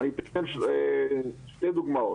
אנחנו רואים הרבה פעמים קושי במענה בשפות,